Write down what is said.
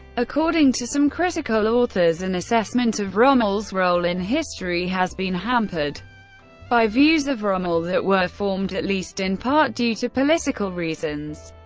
according to some critical authors, an and assessment of rommel's role in history has been hampered by views of rommel that were formed, at least in part, due to political reasons,